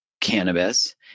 cannabis